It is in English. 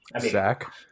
Zach